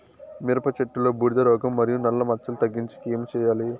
మిరప చెట్టులో బూడిద రోగం మరియు నల్ల మచ్చలు తగ్గించేకి ఏమి చేయాలి?